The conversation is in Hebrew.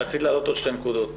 רצית להעלות עוד שתי נקודות.